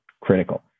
critical